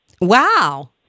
Wow